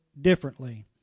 differently